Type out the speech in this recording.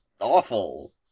awful